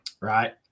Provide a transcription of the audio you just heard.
Right